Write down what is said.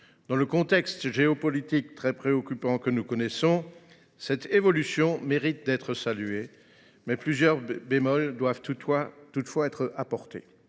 Dans le contexte géopolitique très préoccupant que nous connaissons, cette évolution mérite d’être saluée. Plusieurs bémols doivent toutefois être apportés.